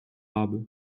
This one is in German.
rabe